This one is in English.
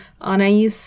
Anais